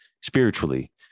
spiritually